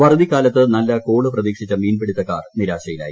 വറുതിക്കാലത്ത് നല്ല കോള് പ്രത്തീക്ഷിച്ച മീൻപിടുത്തക്കാർ നിരാശയിലായി